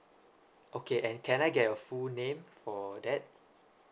okay and can I get your full name for that